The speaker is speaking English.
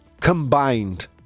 Combined